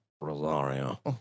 Rosario